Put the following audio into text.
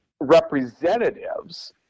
representatives